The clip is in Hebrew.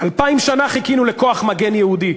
אלפיים שנה חיכינו לכוח מגן יהודי.